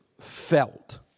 felt